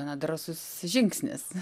gana drąsus žingsnis